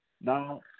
now